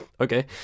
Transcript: okay